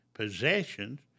possessions